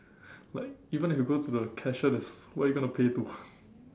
like even if you go to the cashier there's where you gonna pay to